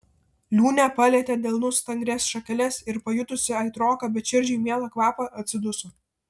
liūnė palietė delnu stangrias šakeles ir pajutusi aitroką bet širdžiai mielą kvapą atsiduso